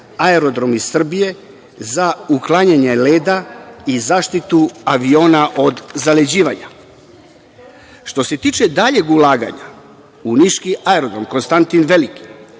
„Aerodromi Srbije“ za uklanjanje leda i zaštitu aviona od zaleđivanja. Što se tiče daljeg ulaganja u niški aerodrom „Konstantin Veliki“,